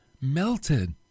melted